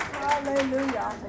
Hallelujah